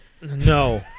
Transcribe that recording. No